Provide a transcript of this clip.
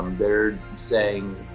they're saying,